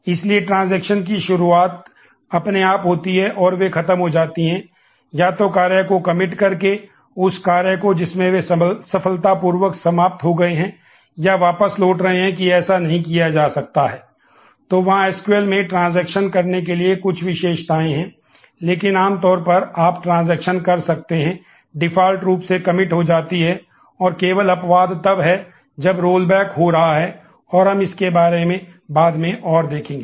इसलिए ट्रांजैक्शन हो रहा है और हम इसके बारे में बाद में और देखेंगे